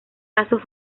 lazos